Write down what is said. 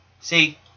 See